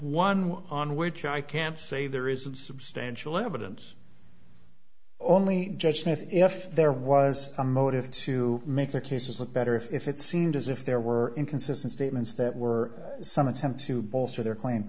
which i can't say there isn't substantial evidence only judge and if there was a motive to make their cases look better if it seemed as if there were inconsistent statements that were some attempt to bolster their claim